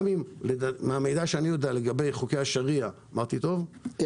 גם מהמידע שאני יודע לגבי חוקי השריעה זה בערך